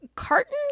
carton